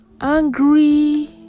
angry